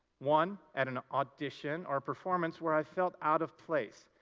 one at an audition or performance where i felt out of place,